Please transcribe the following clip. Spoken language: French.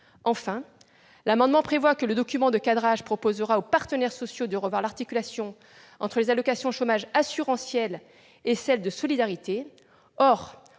Enfin, l'amendement prévoit que le document de cadrage proposera aux partenaires sociaux de revoir l'articulation entre les allocations chômage assurantielles et celles de solidarité.